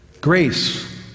Grace